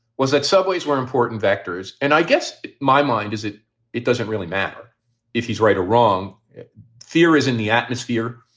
was that subways were important vectors. and i guess my mind does it it doesn't really matter if he's right or wrong theories in the atmosphere.